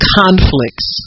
conflicts